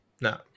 No